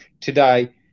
today